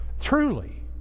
truly